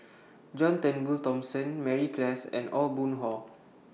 John Turnbull Thomson Mary Klass and Aw Boon Haw